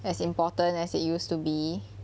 as important as it used to be